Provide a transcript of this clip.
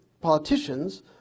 politicians